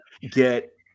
get